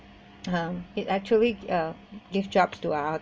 um it actually uh give jobs to